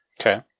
Okay